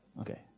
Okay